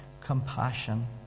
compassion